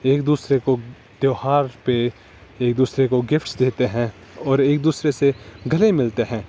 ایک دوسرے کو تہوار پہ ایک دوسرے کو گفٹس دیتے ہیں اور ایک دوسرے سے گلے ملتے ہیں